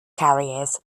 carriers